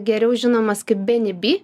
geriau žinomas kaip benny b